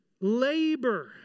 labor